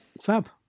fab